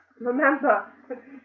Remember